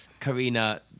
Karina